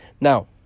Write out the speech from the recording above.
Now